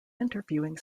interviewing